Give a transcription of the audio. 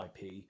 IP